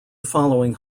following